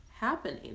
happening